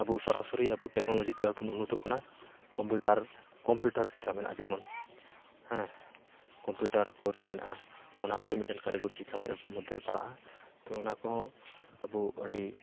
ᱟᱵᱚ ᱥᱚᱨᱥᱚᱨᱤ ᱟᱵᱚ ᱴᱮᱠᱱᱳᱞᱚᱡᱤᱛᱮ ᱵᱚ ᱢᱳᱦᱤᱛᱚᱜ ᱠᱟᱱᱟ ᱠᱚᱢᱯᱩᱴᱟᱨ ᱠᱚᱢᱯᱩᱴᱟᱨ ᱥᱤᱠᱠᱷᱟ ᱢᱮᱱᱟᱜᱼᱟ ᱡᱮᱢᱚᱱ ᱠᱚᱢᱯᱤᱣᱴᱟᱨ ᱠᱳᱨᱥ ᱢᱮᱱᱟᱜᱼᱟ ᱚᱱᱟ ᱠᱚᱫᱚ ᱢᱤᱫᱴᱟᱝ ᱠᱟᱨᱤᱜᱚᱨᱤ ᱥᱤᱠᱠᱷᱟ ᱢᱚᱫᱽᱫᱷᱮᱨᱮ ᱯᱟᱲᱟᱜᱼᱟ ᱛᱳ ᱚᱱᱟᱠᱚ ᱟᱵᱚ ᱟᱹᱰᱤ